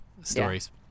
stories